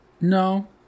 No